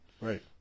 Right